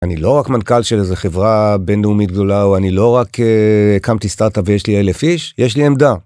אני לא רק מנכל של איזה חברה בינלאומית גדולה, או אני לא רק הקמתי סטארט-אפ ויש לי אלף איש, יש לי עמדה.